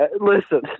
Listen